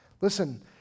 Listen